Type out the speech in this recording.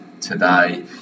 today